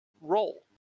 role